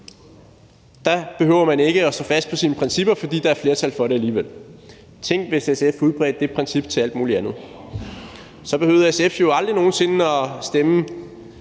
sag behøver man ikke at stå fast på sine principper, fordi der alligevel er flertal for det. Tænk, hvis SF udbredte det princip til alt muligt andet. Så behøvede SF jo aldrig nogen sinde at stemme